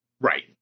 right